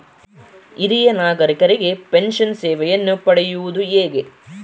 ಹಿರಿಯ ನಾಗರಿಕರಿಗೆ ಪೆನ್ಷನ್ ಸೇವೆಯನ್ನು ಪಡೆಯುವುದು ಹೇಗೆ?